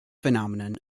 phenomenon